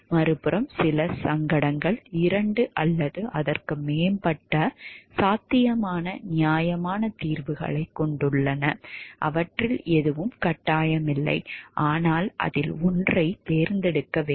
மறுபுறம் சில சங்கடங்கள் இரண்டு அல்லது அதற்கு மேற்பட்ட சாத்தியமான நியாயமான தீர்வுகளைக் கொண்டுள்ளன அவற்றில் எதுவும் கட்டாயமில்லை ஆனால் அதில் ஒன்றைத் தேர்ந்தெடுக்க வேண்டும்